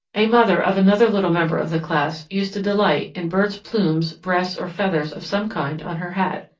a mother of another little member of the class used to delight in birds' plumes, breasts, or feathers of some kind on her hat.